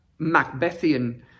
Macbethian